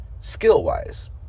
skill-wise